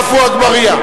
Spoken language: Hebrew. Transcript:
עפו אגבאריה.